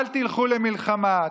אל תלכו למלחמה,